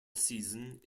season